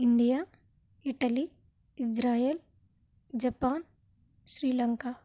India Italy Israel Japan Sri Lanka